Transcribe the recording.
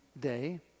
day